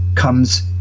Comes